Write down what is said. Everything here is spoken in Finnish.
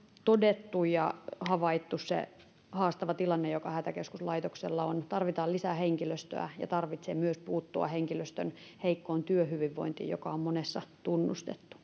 todettu ja havaittu se haastava tilanne joka hätäkeskuslaitoksella on tarvitaan lisää henkilöstöä ja tarvitsee myös puuttua henkilöstön heikkoon työhyvinvointiin joka on monessa tunnustettu